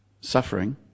suffering